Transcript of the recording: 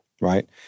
right